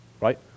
right